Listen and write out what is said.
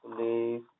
leave